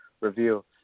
review